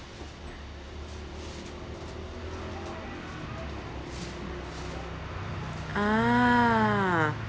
a'ah